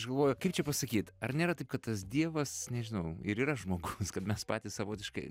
aš galvoju kaip čia pasakyt ar nėra taip kad tas dievas nežinau ir yra žmogus kad mes patys savotiškai